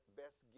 best